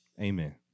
Amen